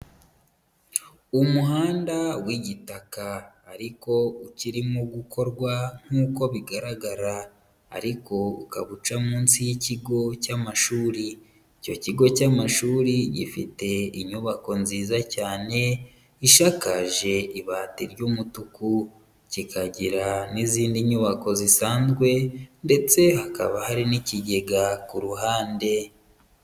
Umuhanda w'igitaka ariko ukirimo gukorwa nk'uko bigaragara, ariko ukaba uca munsi y'ikigo cy'amashuri, icyo kigo cy'amashuri gifite inyubako nziza cyane, ishakaje ibati ry'umutuku, kikagira n'izindi nyubako zisanzwe ndetse hakaba hari n'ikigega ku ruhande.